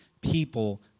people